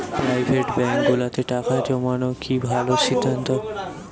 Private ব্যাংকগুলোতে টাকা জমানো কি ভালো সিদ্ধান্ত?